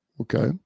Okay